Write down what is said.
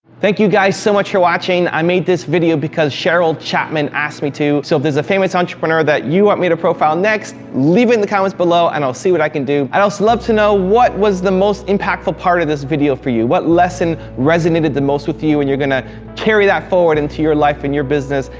thank you guys, so much for watching. i made this video because sheryl chapman asked me to. so if there's a famous entrepreneur that you want me to profile next, leave it in the comments below and i'll see what i can do. i'd also love to know, what was the most impactful part of this video for you? what lesson resonated the most with you and you're going to carry that forward into your life and your business.